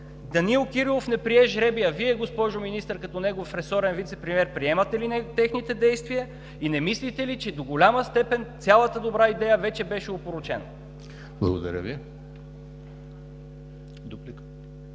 Данаил Кирилов не прие жребия, а Вие, госпожо Министър, като негов ресорен вицепремиер, приемате ли техните действия и не мислите ли, че до голяма степен цялата добра идея вече беше опорочена? ПРЕДСЕДАТЕЛ